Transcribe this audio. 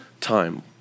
time